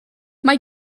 mae